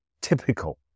typical